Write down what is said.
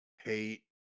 hate